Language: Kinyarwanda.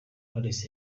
knowless